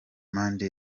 manda